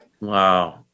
Wow